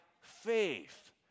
faith